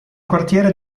quartiere